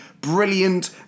brilliant